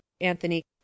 anthony